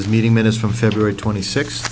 is meeting minutes from february twenty six